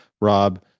Rob